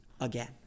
again